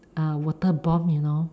uh water bomb you know